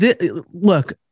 look